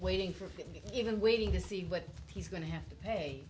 waiting for even waiting to see what he's going to have to pay